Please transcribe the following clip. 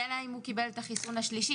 אלא אם הוא קיבל את החיסון השלישי.